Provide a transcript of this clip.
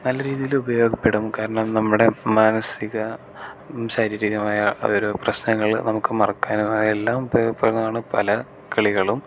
നല്ല രീതിയിൽ ഉപയോഗപ്പെടും കാരണം നമ്മുടെ മാനസിക ശാരീരികമായ അതൊരു പ്രശ്നങ്ങൾ നമുക്ക് മറക്കാനുമായ എല്ലാം ഉൾപ്പെടുന്നതാണ് പല കളികളും